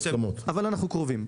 בהתאם --- אבל לא הגעתם עדיין להסכמות?